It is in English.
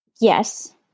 Yes